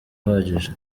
uhagije